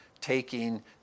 taking